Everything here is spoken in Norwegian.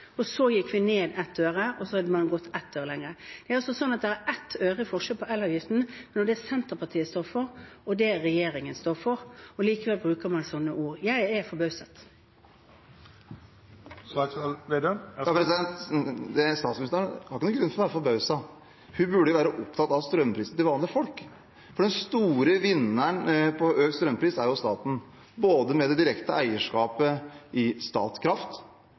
øre lenger. Det er altså slik at det er 1 øre forskjell i elavgiften mellom det Senterpartiet står for, og det regjeringen står for. Likevel bruker man sånne ord. Jeg er forbauset. Trygve Slagsvold Vedum – til oppfølgingsspørsmål. Statsministeren har ikke noen grunn til å være forbauset. Hun burde være opptatt av strømprisen til vanlige folk. For den store vinneren på økt strømpris er jo staten, både med det direkte eierskapet i Statkraft,